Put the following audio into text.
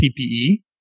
PPE